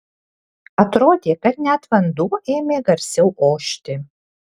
atrodė kad net vanduo ėmė garsiau ošti